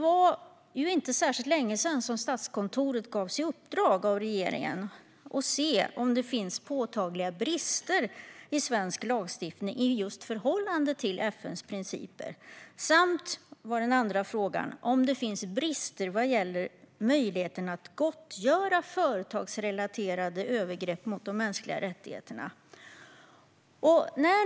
För inte särskilt länge sedan gavs Statskontoret i uppdrag av regeringen att undersöka om det finns påtagliga brister i svensk lagstiftning i förhållande till FN:s principer, samt om det finns brister vad gäller möjligheterna att gottgöra företagsrelaterade övergrepp mot de mänskliga rättigheterna.